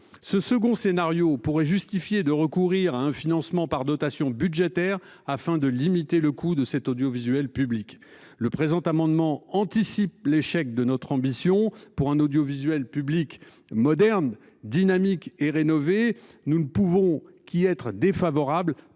ce second scénario pourrait justifier de recourir à un financement par dotation budgétaire afin de limiter le coût de cet audiovisuel public le présent amendement anticipe l'échec de notre ambition pour un audiovisuel public moderne, dynamique et rénové. Nous ne pouvons qu'y être défavorable